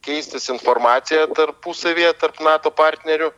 keistis informacija tarpusavyje tarp nato partnerių